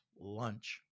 lunch